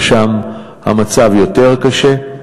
ששם המצב יותר קשה.